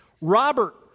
Robert